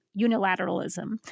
unilateralism